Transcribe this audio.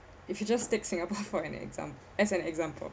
if you just take singapore for an exam~ as an example